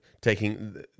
taking